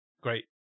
great